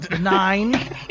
Nine